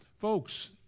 Folks